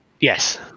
Yes